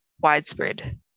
widespread